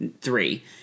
Three